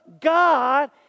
God